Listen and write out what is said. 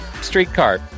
streetcar